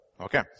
Okay